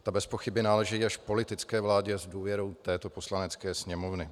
Ta bezpochyby náležejí až politické vládě s důvěrou této Poslanecké sněmovny.